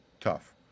tough